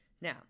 Now